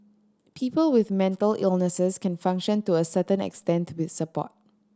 people with mental illnesses can function to a certain extent with support